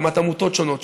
הקמת עמותות שונות,